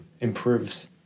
improves